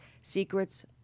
secrets